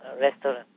restaurant